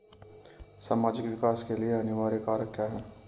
सामाजिक विकास के लिए अनिवार्य कारक क्या है?